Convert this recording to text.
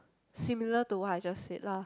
similar to what I just said lah